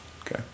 Okay